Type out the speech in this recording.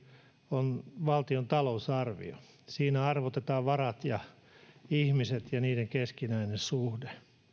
on valtion talousarvio siinä arvotetaan varat ja ihmiset ja niiden keskinäinen suhde en